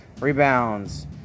Rebounds